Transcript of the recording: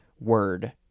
word